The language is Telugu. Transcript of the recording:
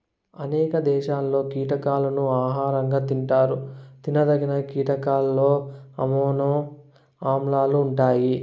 అనేక దేశాలలో కీటకాలను ఆహారంగా తింటారు తినదగిన కీటకాలలో అమైనో ఆమ్లాలు ఉంటాయి